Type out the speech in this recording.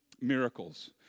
miracles